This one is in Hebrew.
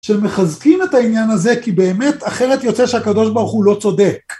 שמחזקים את העניין הזה כי באמת אחרת יוצא שהקב"ה לא צודק